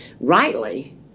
rightly